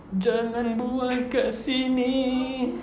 jangan bual dekat sini